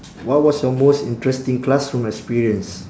what was your most interesting classroom experience